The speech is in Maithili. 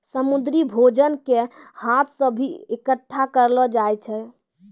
समुन्द्री भोजन के हाथ से भी इकट्ठा करलो जाय छै